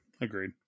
agreed